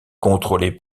contrôlé